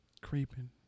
creeping